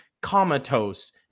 comatose